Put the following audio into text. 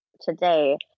today